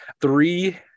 Three